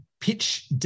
pitch